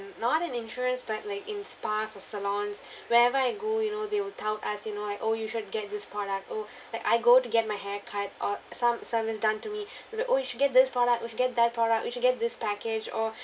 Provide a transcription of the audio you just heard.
not in insurance but like in spas or salons wherever I go you know they will tout as you know like oh you should get this product oh like I go to get my hair cut or some something's done to me oh you should get this product you should get that product you should get this package or